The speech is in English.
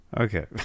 Okay